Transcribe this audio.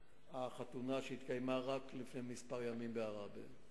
החתונה שהתקיימה רק לפני כמה ימים בעראבה.